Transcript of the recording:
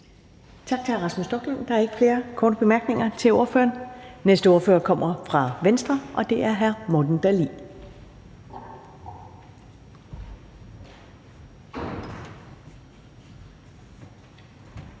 Tak til hr. Rasmus Stoklund. Der er ikke flere korte bemærkninger til ordføreren. Den næste ordfører kommer fra Venstre, og det er hr. Morten Dahlin.